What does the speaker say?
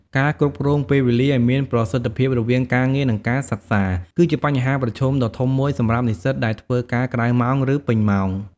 ការគ្រប់គ្រងពេលវេលាឲ្យមានប្រសិទ្ធភាពរវាងការងារ និងការសិក្សា គឺជាបញ្ហាប្រឈមដ៏ធំមួយសម្រាប់និស្សិតដែលធ្វើការក្រៅម៉ោង ឬពេញម៉ោង។